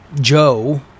Joe